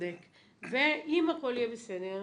ראש עיריית עראבה בירך.